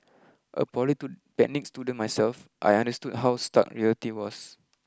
a polytechnic student myself I understood how stark reality was